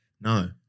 no